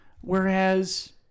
whereas